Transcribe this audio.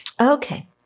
Okay